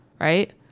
right